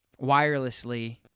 wirelessly